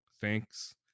Thanks